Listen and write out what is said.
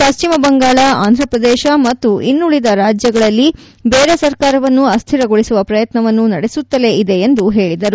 ಪಶ್ಚಿಮ ಬಂಗಾಳ ಆಂಧ್ರಪ್ರದೇಶ ಮತ್ತು ಇನ್ನುಳಿದ ರಾಜ್ಯಗಳಲ್ಲಿ ಬೇರೆ ಸರ್ಕಾರವನ್ನು ಅಸ್ದಿರಗೊಳಿಸುವ ಪ್ರಯತ್ನವನ್ನು ನಡೆಸುತ್ತಲೇ ಇದೆ ಎಂದು ಹೇಳಿದರು